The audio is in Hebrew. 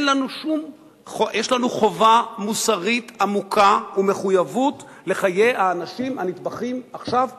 יש לנו חובה מוסרית עמוקה ומחויבות לחיי האנשים הנטבחים עכשיו בסוריה.